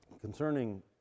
concerning